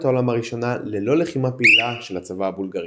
העולם הראשונה ללא לחימה פעילה של הצבא הבולגרי.